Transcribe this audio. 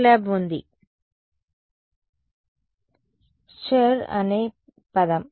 MATLAB ఉంది షుర్ అనే పదం